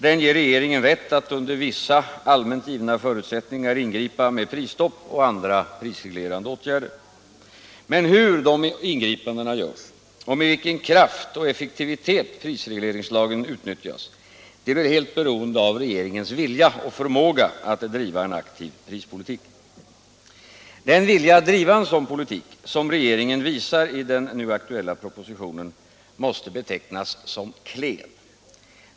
Den ger regeringen rätt att under vissa allmänt givna förutsättningar ingripa med prisstopp och andra prisreglerande åtgärder. Men hur de ingripandena görs och med vilken kraft och effektivitet prisregleringslagen utnyttjas är helt beroende av regeringens vilja och förmåga att driva en aktiv prispolitik. Den vilja att driva en sådan politik som regeringen visar i den nu aktuella propositionen måste betecknas som klen.